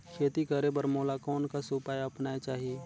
खेती करे बर मोला कोन कस उपाय अपनाये चाही?